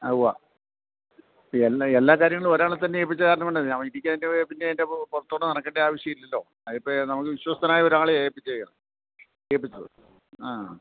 ആ ഉവ്വ എല്ലാ എല്ലാ കാര്യങ്ങളും ഒരാളെത്തന്നെ ഏൽപ്പിച്ച കാരണം കൊണ്ട് എനിക്കതിൻ്റെ പിന്നെ പിന്നെ അതിന്റെ പുറത്തുകൂടെ നടക്കേണ്ട ആവശ്യം ഇല്ലല്ലോ അതിപ്പോൾ നമുക്ക് വിശ്വസ്ഥനായ ഒരാളെ ഏൽപ്പിച്ചേക്കാം ഏൽപ്പിച്ചത് ആ